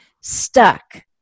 stuck